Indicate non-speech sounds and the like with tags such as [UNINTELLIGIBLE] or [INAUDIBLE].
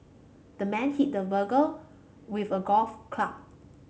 the man hit the [UNINTELLIGIBLE] with a golf club